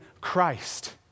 Christ